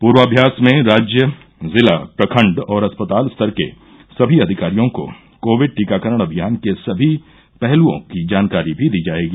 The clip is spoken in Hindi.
पूर्वाम्यास में राज्य जिला प्रखंड और अस्पताल स्तर के सभी अधिकारियों को कोविड टीकाकरण अभियान के सभी पहलुओं की जानकारी भी दी जायेगी